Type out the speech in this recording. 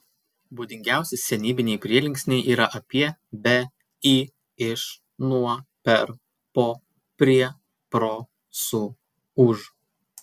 būdingiausi senybiniai prielinksniai yra apie be į iš nuo per po prie pro su už